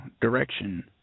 direction